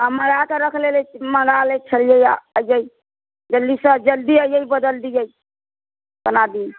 हँ मँगा कऽ रख लेले मँगा लै छलियैया आजे जल्दी सँ जल्दी आइयै बदल दियै बना दी